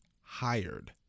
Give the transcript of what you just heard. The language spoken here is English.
hired